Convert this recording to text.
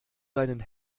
deinen